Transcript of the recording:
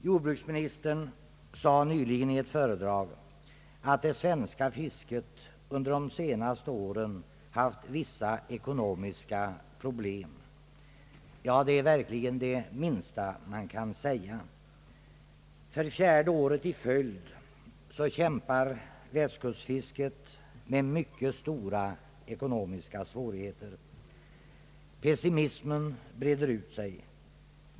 Jordbruksministern sade nyligen i ett föredrag att det svenska fisket under de senaste åren haft vissa ekonomiska problem. Ja, det är verkligen det minsta man kan säga. För fjärde året i följd kämpar Västkustfisket med mycket stora ekonomiska svårigheter. Pessimismen breder ut sig.